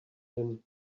him